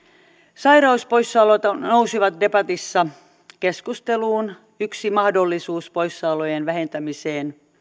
sairauspoissaolot nousivat debatissa keskusteluun yksi mahdollisuus poissaolojen vähentämiseen